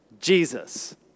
Jesus